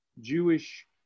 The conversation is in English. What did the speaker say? Jewish